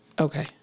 Okay